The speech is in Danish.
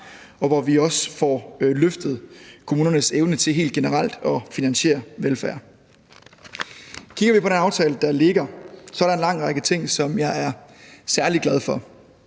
og hvor vi også får løftet kommunernes evne til helt generelt at finansiere velfærd. Kigger vi på den aftale, der ligger, er der en lang række ting, som jeg er særlig glad for.